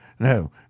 No